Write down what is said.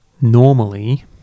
normally